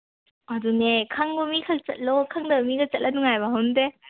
ꯑꯗꯨꯅꯦ ꯈꯪꯕ ꯃꯤ ꯈꯛ ꯆꯠꯂꯣ ꯈꯪꯗꯕ ꯃꯤꯒ ꯆꯠꯂ ꯅꯨꯡꯉꯥꯏꯕ ꯍꯧꯅꯗꯦ